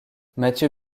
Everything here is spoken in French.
mathieu